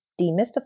demystify